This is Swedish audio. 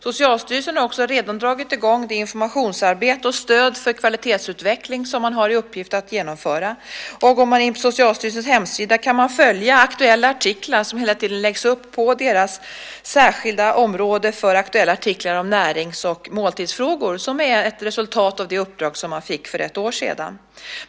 Socialstyrelsen har också redan dragit i gång det informationsarbete och stöd för kvalitetsutveckling som man har i uppgift att genomföra. Går man in på Socialstyrelsens hemsida kan man följa aktuella artiklar som hela tiden läggs upp på deras särskilda område för närings och måltidsfrågor som är ett resultat av det uppdrag som man fick för ett år sedan.